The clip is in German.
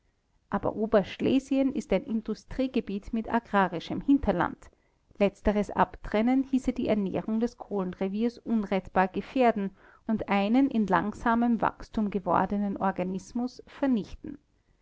aber oberschlesien ist ein industriegebiet mit agrarischem hinterland letzteres abtrennen hieße die ernährung des kohlenreviers unrettbar gefährden und einen in langsamem wachstum gewordenen organismus vernichten